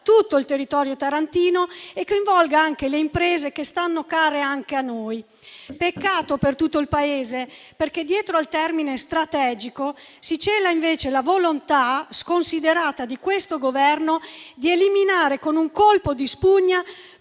tutto il territorio tarantino e coinvolga anche le imprese che stanno a cuore anche a noi. Peccato per tutto il Paese, perché dietro al termine «strategico» si cela invece la volontà sconsiderata di questo Governo di eliminare con un colpo di spugna